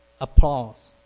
Applause